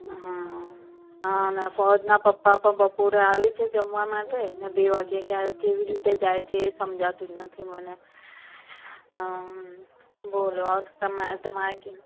હમ્મ હા ને ફોજના પપ્પા પણ બપોરે આવે છે જમવા માટે ને બે વાગે ક્યાં કેવી રીતે જાય છે એ સમજાતું નથી મને બોલો તમ તમારે કેવું